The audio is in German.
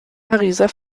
pariser